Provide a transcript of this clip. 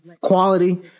quality